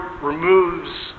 removes